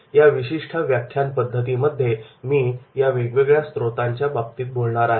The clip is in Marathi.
या विशिष्ट व्याख्यान पद्धतीमध्ये मी या वेगवेगळ्या स्त्रोतांच्या बाबतीत बोलणार आहे